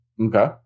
Okay